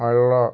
അല്ല